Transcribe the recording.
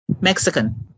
Mexican